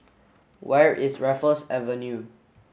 where is Raffles Avenue